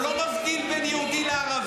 הוא לא מבדיל בין יהודי לערבי.